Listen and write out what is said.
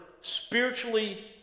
spiritually